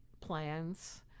plans